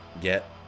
Get